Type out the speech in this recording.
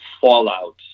fallout